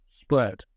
spread